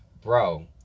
Bro